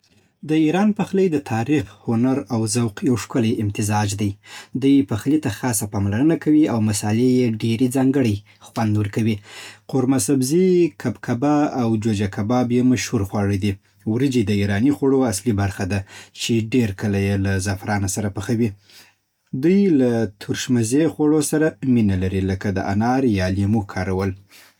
د ایران پخلی د تاریخ، هنر او ذوق یو ښکلی امتزاج دی. دوی پخلی ته خاصه پاملرنه کوي او مصالحې یې ډېر ځانګړی خوند ورکوي. قورمه سبزي، کبکبه، او جوجه کباب یې مشهور خواړه دي. وريجې د ایراني خوړو اصلي برخه ده، چې ډېر کله یې له زعفرانو سره پخوي. دوی له ترش مزې خوړو سره مینه لري، لکه د انار یا لیمو کارول